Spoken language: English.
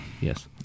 Yes